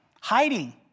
hiding